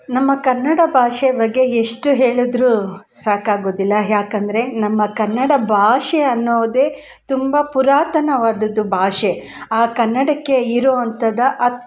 ನಮ್ಮ ಕನ್ನಡ ಭಾಷೆ ಬಗ್ಗೆ ಎಷ್ಟು ಹೇಳಿದ್ರು ಸಾಕಾಗೋದಿಲ್ಲ ಯಾಕಂದ್ರೆ ನಮ್ಮ ಕನ್ನಡ ಭಾಷೆ ಅನ್ನೋದೇ ತುಂಬ ಪುರಾತನವಾದದ್ದು ಭಾಷೆ ಆ ಕನ್ನಡಕ್ಕೆ ಇರೋ ಅಂಥದ